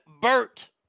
Bert